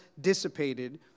dissipated